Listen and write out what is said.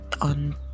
on